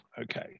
Okay